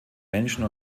menschen